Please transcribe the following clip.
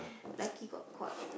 lucky got caught